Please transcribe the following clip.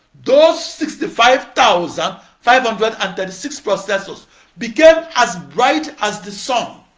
those sixty-five thousand five hundred and thirty-six processors became as bright as the sun.